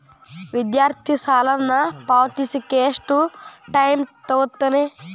ವಿದ್ಯಾರ್ಥಿ ಸಾಲನ ಪಾವತಿಸಕ ಎಷ್ಟು ಟೈಮ್ ತೊಗೋತನ